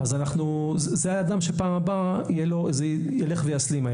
זה האדם שבפעם הבאה האירוע יסלים.